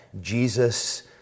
Jesus